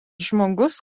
žmogus